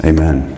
Amen